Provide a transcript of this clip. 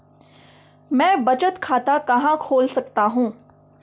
मैं बचत खाता कहां खोल सकता हूँ?